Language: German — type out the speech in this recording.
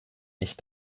ich